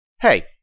Hey